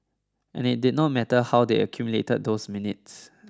and it did not matter how they accumulated those minutes